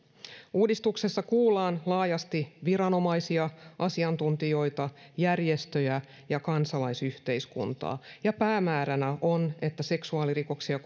uudistuksessa kuullaan laajasti viranomaisia asiantuntijoita järjestöjä ja kansalaisyhteiskuntaa ja päämääränä on että seksuaalirikoksia